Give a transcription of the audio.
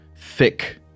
thick